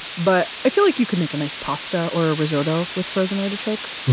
but i feel like you could make a nice pasta or a risotto with frozen artichokes.